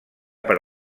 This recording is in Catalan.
per